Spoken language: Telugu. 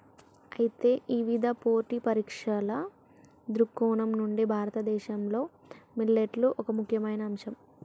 అయితే ఇవిధ పోటీ పరీక్షల దృక్కోణం నుండి భారతదేశంలో మిల్లెట్లు ఒక ముఖ్యమైన అంశం